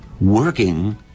Working